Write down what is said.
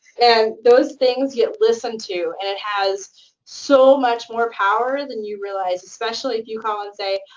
and those things get listened to. and it has so much more power than you realize, especially if you call and say,